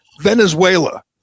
Venezuela